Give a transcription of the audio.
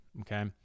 Okay